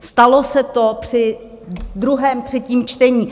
Stalo se to při druhém, třetím čtení.